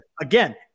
again